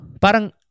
Parang